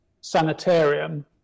Sanitarium